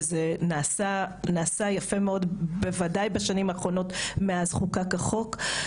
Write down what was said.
וזה נעשה יפה מאוד בוודאי בשנים האחרונות מאז חוקק החוק,